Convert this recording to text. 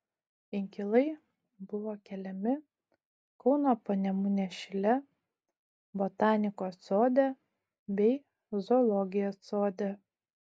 inkilai buvo keliami kauno panemunės šile botanikos sode bei zoologijos sode